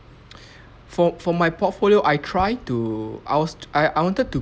for for my portfolio I try to I was I wanted to